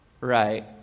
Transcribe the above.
right